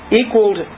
equaled